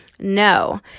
No